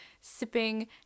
sipping